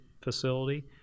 facility